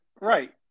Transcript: right